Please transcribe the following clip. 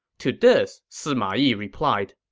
to this, sima yi replied,